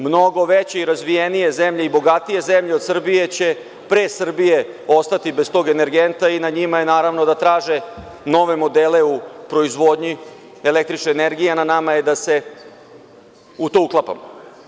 Mnogo veće, razvijenije zemlje i bogatije zemlje od Srbije će pre Srbije ostati bez tog energenta i na njima je, naravno, da traže nove modele u proizvodnji električne energije, a na nama je da se u to uklapamo.